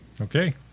Okay